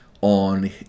on